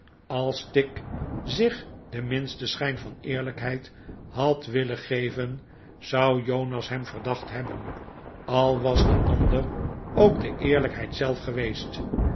als tigg zich den minsten schijn van eerlijkheid had willen geven zou jonas hem verdacht hebben al was de ander ook de eerlijkheid zelf geweestj